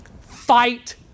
Fight